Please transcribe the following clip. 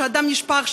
שדם נשפך,